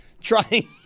trying